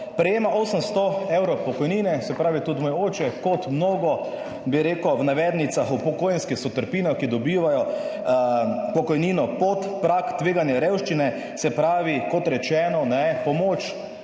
Prejema 800 evrov pokojnine, se pravi, tudi moj oče kot mnogo, bi rekel v navednicah, upokojenskih sotrpinov, ki dobivajo pokojnino pod prag tveganja revščine. Se pravi, kot rečeno, pomoč